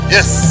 Yes